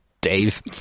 Dave